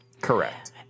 Correct